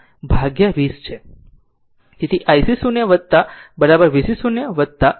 તેથી ic 0 vc 0 by 20